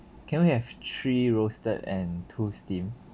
can we have three roasted and two steam